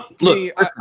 Look